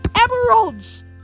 emeralds